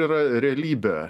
yra realybė